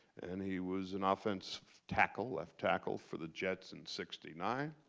and he was an offensive tackle, left tackle, for the jets in sixty nine.